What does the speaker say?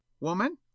Woman